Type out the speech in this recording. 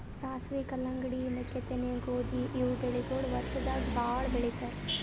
ಸಾಸ್ವಿ, ಕಲ್ಲಂಗಡಿ, ಮೆಕ್ಕಿತೆನಿ, ಗೋಧಿ ಇವ್ ಬೆಳಿಗೊಳ್ ವರ್ಷದಾಗ್ ಭಾಳ್ ಬೆಳಿತಾರ್